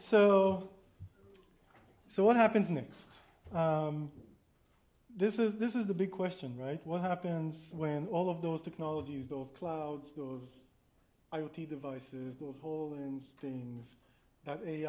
so so what happens in the this is this is the big question right what happens when all of those technologies those clouds those i o t devices those whole and things